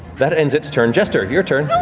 that ends its turn, jester, your turn.